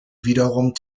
wiederum